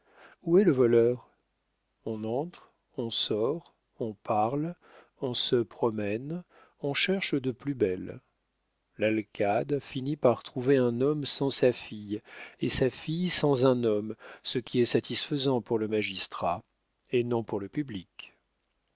où est le voleur on entre on sort on parle on se promène on cherche de plus belle l'alcade finit par trouver un homme sans sa fille et sa fille sans un homme ce qui est satisfaisant pour le magistrat et non pour le public